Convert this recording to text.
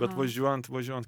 bet važiuojant važiuojant